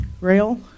rail